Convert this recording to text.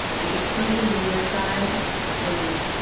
i could put it in the libguide and,